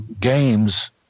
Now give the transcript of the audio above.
games